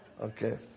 Okay